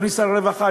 אדוני שר הרווחה,